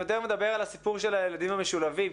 אני יותר מדבר על הסיפור של הילדים המשולבים,